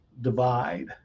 divide